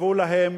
קבעו להן